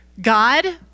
God